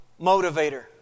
Motivator